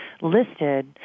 listed